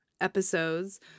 episodes